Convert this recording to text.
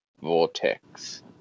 Vortex